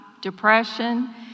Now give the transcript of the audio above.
depression